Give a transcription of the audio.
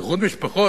איחוד משפחות,